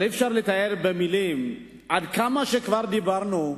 אבל עד כמה שכבר דיברנו,